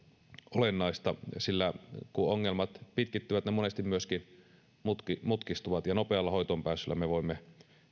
olennaista sillä kun ongelmat pitkittyvät ne monesti myöskin mutkistuvat ja nopealla hoitoonpääsyllä me me voimme